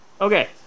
Okay